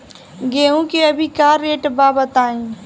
गेहूं के अभी का रेट बा बताई?